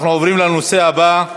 אנחנו עוברים לנושא הבא: